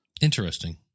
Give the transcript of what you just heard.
Interesting